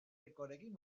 ricorekin